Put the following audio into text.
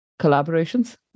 collaborations